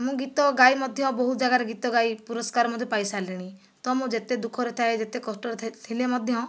ମୁଁ ଗୀତ ଗାଇ ମଧ୍ୟ ବହୁତ ଜାଗାରେ ଗୀତ ଗାଇ ପୁରସ୍କାର ମଧ୍ୟ ପାଇ ସାରିଲିଣି ତ ମୁଁ ଯେତେ ଦୁଃଖରେ ଥାଏ ଯେତେ କଷ୍ଟରେ ଥାଏ ଥିଲେ ମଧ୍ୟ